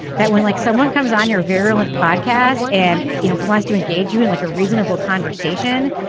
that when like someone comes on your virulent podcast and you know, it wants to engage you in like a reasonable conversation,